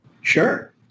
Sure